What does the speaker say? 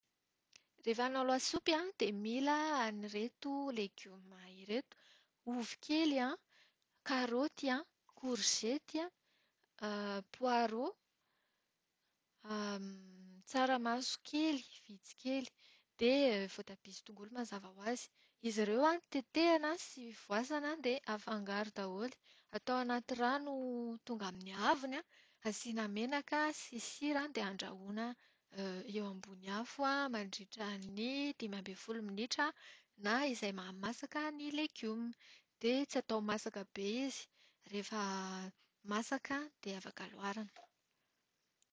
Rehefa hanao lasopy an, dia mila an'ireto legioma ireto. Ovy kely an, kaaoty an, korizety an, poaro, tsaramaso kely vitsy kely, dia voatabia sy tongolo mazava ho azy. Izy ireo an, tetehana sy voasana dia afangaro daholo. Atao anaty rano tonga amin'ny haavony, asiana menaka sy sira dia nadrahoina eo ambony afo mandritra ny dimy ambin'ny folo minitra na izay mahamasaka ny legioma. Dia tsy atao masaka be izy. Rehefa masaka dia afaka loarana.